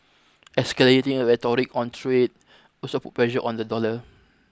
escalating rhetoric on trade also put pressure on the dollar